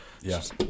Yes